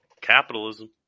Capitalism